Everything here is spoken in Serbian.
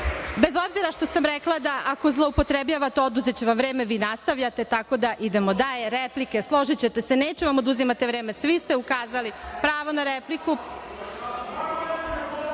obzira što sam rekla da ako zloupotrebljavate, oduzeću vam vreme, vi nastavljate. Tako da, idemo dalje, replike, složićete se. Neću vam oduzimati vreme. Svi ste ukazali. Pravo na repliku